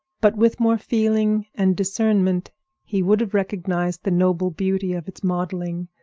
but with more feeling and discernment he would have recognized the noble beauty of its modeling,